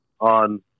on